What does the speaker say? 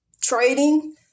trading